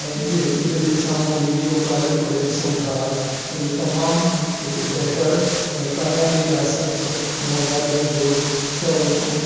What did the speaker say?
ऐं जे हिकु ॿिए जे साम्हूं वीडियो कॉलिंग करे ॾिसूं था ऐं तमामु हिकु बहितरु ऐं क़ामयाबी ॾा सफ़र मोबाइलनि जो सहुलतियूं